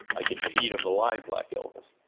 i can feed them the line black elvis.